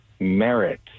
merit